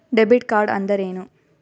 Debit ಕಾರ್ಡ್ಅಂದರೇನು?